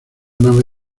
nave